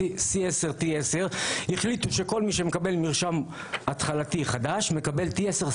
C10 החליטו שכל מי שמקבל מרשם התחלתי חדש מקבל T10,